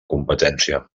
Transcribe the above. competència